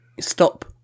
stop